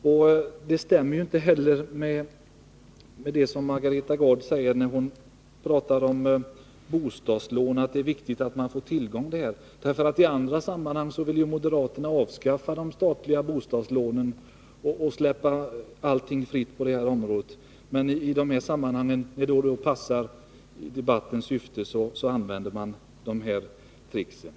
När Margareta Gard säger att det är viktigt att privata byggföretag får tillgång till bostadslån stämmer det inte riktigt med att moderaterna i andra sammanhang vill avskaffa de statliga bostadslånen och släppa allting fritt på det här området. Men när det passar debattens syfte använder man de här tricksen.